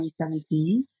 2017